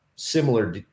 Similar